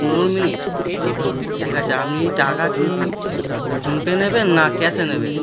পনেরো মিনিট ঠিক আছে আপনি টাকা কি ফোনপে নেবেন না ক্যাশে নেবেন